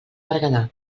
berguedà